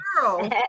girl